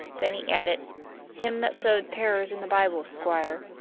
then he added him that sowed tares in the bible, squire.